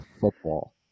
Football